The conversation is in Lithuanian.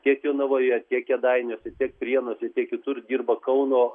tiek jonavoje tiek kėdainiuose tiek prienuose tiek kitur dirba kauno